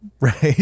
right